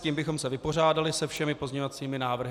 Tím bychom se vypořádali se všemi pozměňovacími návrhy.